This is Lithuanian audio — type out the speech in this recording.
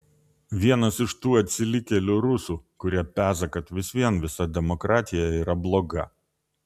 vienas iš tų atsilikėlių rusų kurie peza kad vis vien visa demokratija yra bloga